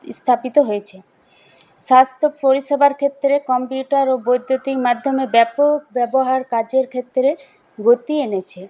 স্থাপিত হয়েছে স্বাস্থ্যপরিসেবার ক্ষেত্রে কম্পিউটার ও বৈদ্যুতিক মাধ্যমে ব্যাপক ব্যবহার কাজের ক্ষেত্রে গতি এনেছে